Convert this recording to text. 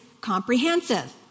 comprehensive